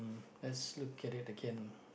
let's look at it again